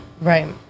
Right